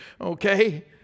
okay